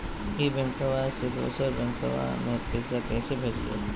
ई बैंकबा से दोसर बैंकबा में पैसा कैसे भेजिए?